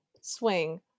Swing